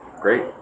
Great